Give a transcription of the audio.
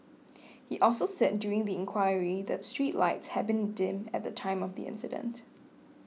he also said during the inquiry that the street lights had been dim at the time of the accident